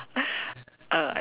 uh I